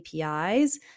APIs